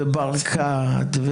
ברקת,